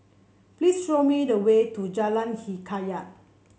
please show me the way to Jalan Hikayat